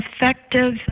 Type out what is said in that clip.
effective